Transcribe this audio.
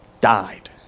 Died